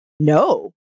No